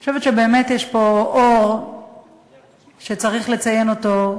אני חושבת שיש פה אור שצריך לציין אותו,